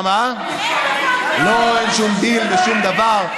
זה הדין של, לא, אין שום דין ואין שום דבר.